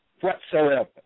whatsoever